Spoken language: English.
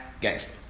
gangster